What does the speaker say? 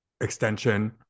extension